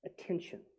attention